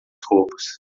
roupas